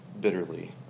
bitterly